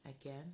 Again